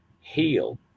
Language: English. heal